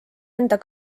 enda